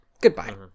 Goodbye